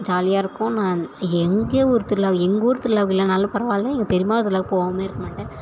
ஜாலியாக இருக்கும் நான் எங்கள் ஒரு திருவிழா எங்கூர் திருவிழாக்கு இல்லைனாலும் பரவாயில்லை எங்கள் பெரியம்மா திருவிழாக்கு போவாமலே இருக்க மாட்டேன்